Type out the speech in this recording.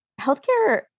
healthcare